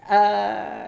uh